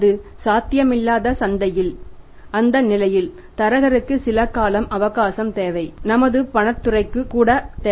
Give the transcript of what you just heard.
அது சாத்தியமில்லாத சந்தையில் நிலையில் தரகருக்கும் சில கால அவகாசம் தேவை நமது பணத் துறைக்கும் கூட தேவை